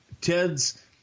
Ted's